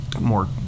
more